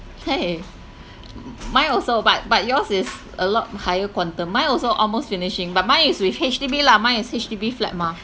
!hey! m~ mine also but but yours is a lot higher quantum mine also almost finishing but mine is with H_D_B lah mine is H_D_B flat mah